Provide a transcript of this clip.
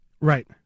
Right